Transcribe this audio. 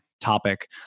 topic